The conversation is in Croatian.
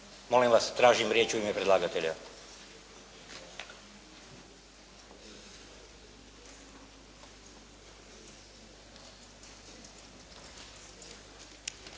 Molim vas, tražim riječ u ime predlagatelja.